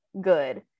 good